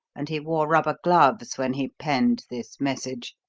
and he wore rubber gloves when he penned this message.